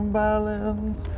balance